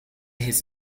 his